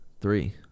three